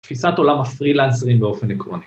תפיסת עולם הפרילנסרים באופן עקרוני.